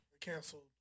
canceled